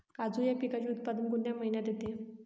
काजू या पिकाचे उत्पादन कोणत्या महिन्यात येते?